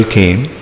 came